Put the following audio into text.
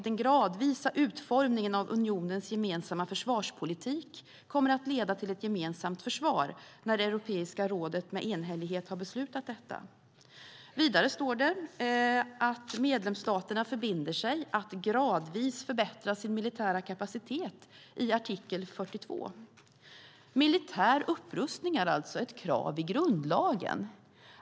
"Den gradvisa utformningen av unionens gemensamma försvarspolitik kommer att leda till ett gemensamt försvar när Europeiska rådet med enhällighet har beslutat detta." Vidare står det i artikel 42 att "medlemsstaterna förbinder sig att gradvis förbättra sin militära kapacitet". Militär upprustning är alltså ett krav i grundlagen!